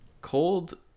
Cold